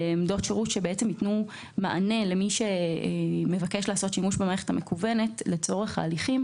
שייתנו מענה למי שמבקש לעשות שימוש במערכת המקוונת לצורך ההליכים.